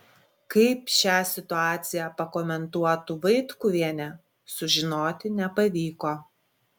kaip šią situaciją pakomentuotų vaitkuvienė sužinoti nepavyko